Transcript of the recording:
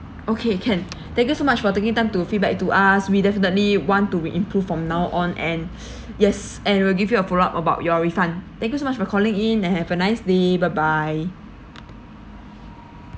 okay can thank you so much for taking time to feedback to us we definitely want to we improved from now on and yes and will give you a follow up about your refund thank you so much for calling in and have a nice day bye bye